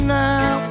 now